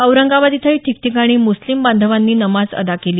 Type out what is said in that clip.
औरंगाबाद इथंही ठिकठिकाणी मुस्लिम बांधवांनी नमाज अदा केली